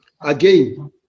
Again